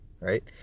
right